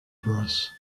brice